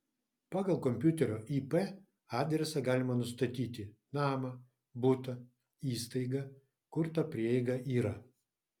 pagal kompiuterio ip adresą galima nustatyti namą butą įstaigą kur ta prieiga yra